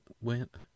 went